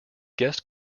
guest